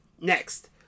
next